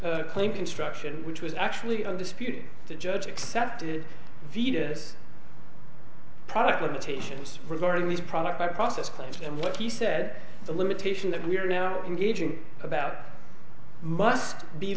judge's claim construction which was actually undisputed the judge accepted via this product limitations regarding these products by process claims and what he said the limitation that we are now in gauging about must be